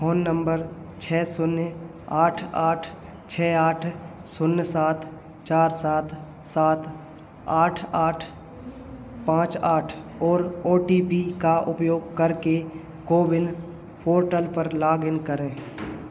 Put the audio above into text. phone number छह शून्य आठ आठ छह आठ शून्य सात चार सात सात आठ आठ पाँच आठ और ओ टी पी का उपयोग करके कोविन पोर्टल पर लॉग इन करें